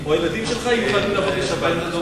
או הילדים שלך יהיו חייבים לעבוד בשבת.